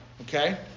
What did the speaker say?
okay